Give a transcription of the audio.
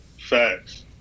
Facts